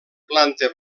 planta